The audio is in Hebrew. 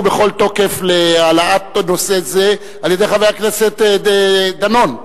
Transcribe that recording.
בכל תוקף להעלאת נושא זה על-ידי חבר הכנסת דנון,